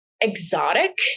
exotic